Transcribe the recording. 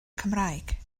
cymraeg